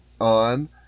on